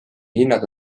hinnad